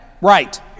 Right